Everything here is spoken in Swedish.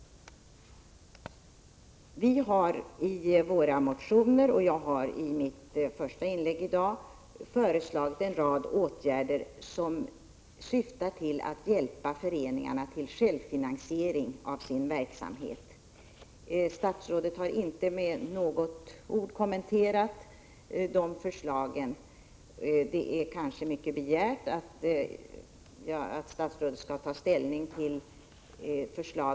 Vi har i våra motioner och jag har i mitt första inlägg i dag föreslagit en rad åtgärder som syftar till att hjälpa föreningarna till självfinansiering av sin verksamhet. Statsrådet har inte kommenterat de förslagen. Det är kanske mycket begärt att statsrådet skall ta ställning till dem så här direkt.